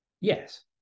yes